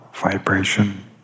vibration